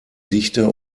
dichte